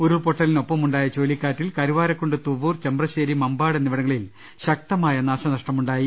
ഉരുൾപൊട്ടലിന് ഒപ്പമുണ്ടായ ചുഴലിക്കാറ്റിൽ കരുവാരക്കുണ്ട് തുവ്വൂർ ചെമ്പ്രശ്ശേരി മമ്പാട് എന്നിവിടങ്ങളിൽ ശക്തമായ നാശ നഷ്ടമുണ്ടായി